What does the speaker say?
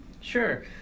Sure